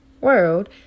world